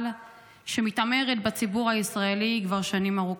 שמתעמרת בציבור הישראלי כבר שנים ארוכות.